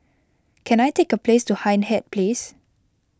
can I take a place to Hindhede Place